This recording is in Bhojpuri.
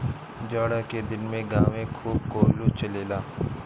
जाड़ा के दिन में गांवे खूब कोल्हू चलेला